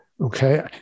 okay